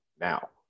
now